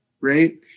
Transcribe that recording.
right